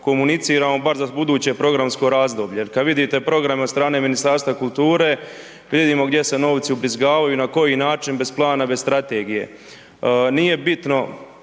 komuniciramo bar za buduće programsko razdoblje jer kad vidite program od strane Ministarstva kulture, vidimo gdje se novci ubrizgavaju i na koji način bez plana, bez strategije. Nije bitno